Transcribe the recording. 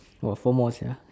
got four more sia